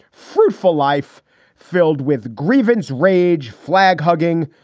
fruitful life filled with grievance rage, flag hugging,